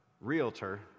realtor